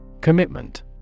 Commitment